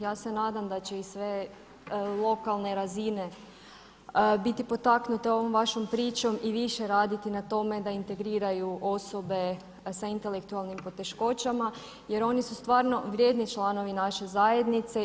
Ja se nadam da će i sve lokalne razine biti potaknute ovom vašom pričom i više raditi na tome da integriraju osobe sa intelektualnim poteškoćama, jer oni su stvarno vrijedni članovi naše zajednice.